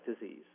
disease